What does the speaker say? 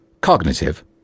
cognitive